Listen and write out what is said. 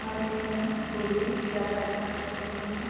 हाँ जी मैम बोलिए क्या सहायता कर सकती हूँ मैं